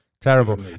terrible